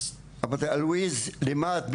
אמרתי לה, לואיז, למה את מתגעגעת?